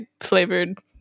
flavored